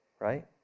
right